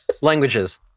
Languages